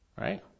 Right